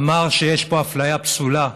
אמר שיש פה אפליה פסולה.